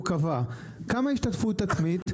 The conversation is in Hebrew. כמה ההשתתפות העצמית?